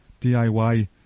DIY